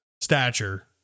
stature